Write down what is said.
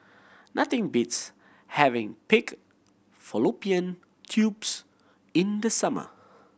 nothing beats having pig fallopian tubes in the summer